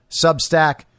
Substack